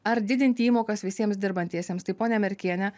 ar didinti įmokas visiems dirbantiesiems tai ponia merkiene